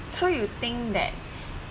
so you think that